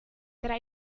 tra